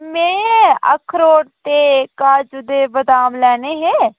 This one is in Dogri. में अखरोट ते काजू ते बदाम लैने हे